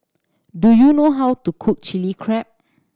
do you know how to cook Chilli Crab